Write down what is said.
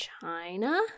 China